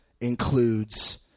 includes